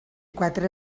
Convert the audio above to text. quatre